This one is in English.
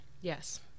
Yes